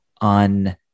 on